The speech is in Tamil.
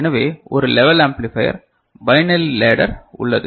எனவே ஒரு லெவல் ஆம்ப்ளிபையர் பைனரி லேடர் உள்ளது